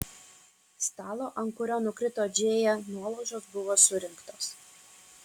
stalo ant kurio nukrito džėja nuolaužos buvo surinktos